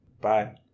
Bye